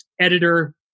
editor